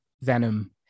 venom